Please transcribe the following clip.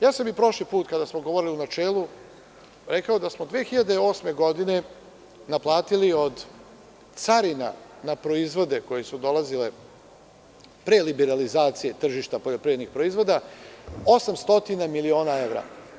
Ja sam i prošli put, kada smo govorili u načelu, rekao da smo 2008. godine naplatili od carina, na proizvode koji su dolazili pre liberalizacije tržišta poljoprivrednih proizvoda, 800 miliona evra.